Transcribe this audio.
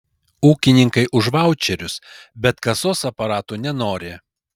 ūkininkai už vaučerius bet kasos aparatų nenori